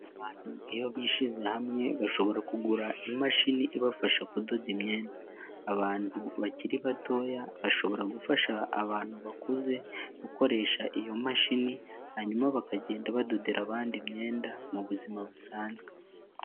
Abantu iyo bishyize hamwe bashobora kugura imashini ibafasha kudoda imyenda, abantu bakiri batoya bashobora gufasha abantu bakuze gukoresha iyo mashini, hanyuma bakagenda badodera abandi imyenda mu buzima busanzwe.